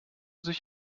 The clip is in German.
sich